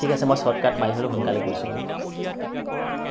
ঠিক আছে মই শ্ৱৰ্টকাট মাৰি হ'লেও সোনকালে গৈছোঁ